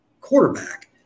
quarterback